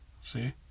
See